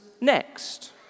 next